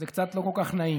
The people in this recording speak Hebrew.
אז זה קצת לא כל כך נעים.